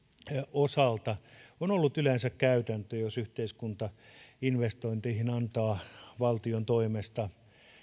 osalta on ollut yleensä se käytäntö että jos yhteiskunta investointeihin antaa valtion toimesta